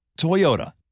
Toyota